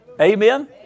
Amen